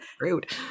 Rude